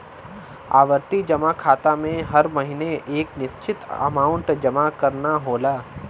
आवर्ती जमा खाता में हर महीने एक निश्चित अमांउट जमा करना होला